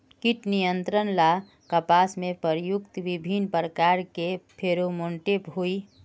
कीट नियंत्रण ला कपास में प्रयुक्त विभिन्न प्रकार के फेरोमोनटैप होई?